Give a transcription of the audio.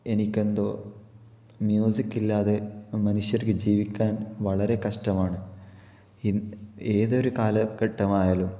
എനിക്കെന്തോ മ്യൂസിക്കില്ലാതെ മനുഷ്യര്ക്ക് ജീവിക്കാന് വളരെ കഷ്ടമാണ് ഇന് ഏതൊരു കാലഘട്ടമായാലും